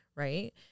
Right